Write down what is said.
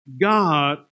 God